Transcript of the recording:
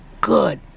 good